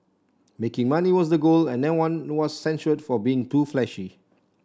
making money was the goal and no one was censured for being too flashy